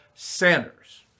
Sanders